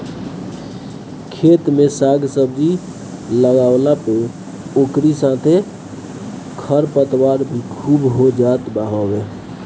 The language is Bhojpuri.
खेत में साग सब्जी लगवला पे ओकरी साथे खरपतवार भी खूब हो जात हवे